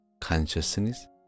consciousness